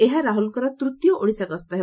ଏହା ତାଙ୍କର ତୂତୀୟ ଓଡ଼ିଶା ଗସ୍ତ ହେବ